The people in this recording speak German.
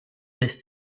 lässt